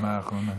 בנשימה אחרונה.